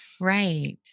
Right